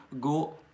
go